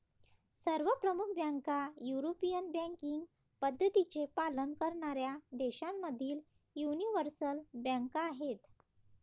सर्व प्रमुख बँका युरोपियन बँकिंग पद्धतींचे पालन करणाऱ्या देशांमधील यूनिवर्सल बँका आहेत